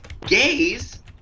gays